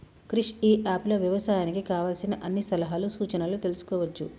క్రిష్ ఇ app లో వ్యవసాయానికి కావలసిన అన్ని సలహాలు సూచనలు తెల్సుకోవచ్చు